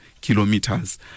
kilometers